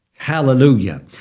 Hallelujah